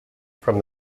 from